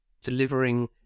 delivering